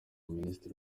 minisitiri